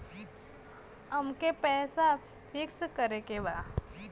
अमके पैसा फिक्स करे के बा?